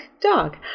dog